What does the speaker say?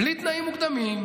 בלי תנאים מוקדמים,